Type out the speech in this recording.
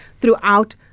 throughout